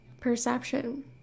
perception